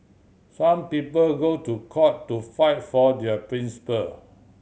some people go to court to fight for their principle